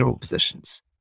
positions